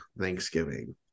Thanksgiving